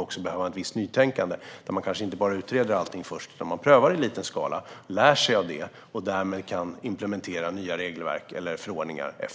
också att behövas ett visst nytänkande i sättet att se på innovativ verksamhet. Man kanske inte bara utreder allting först, utan man prövar i liten skala och lär sig av det. Därefter kan man implementera nya regelverk eller förordningar.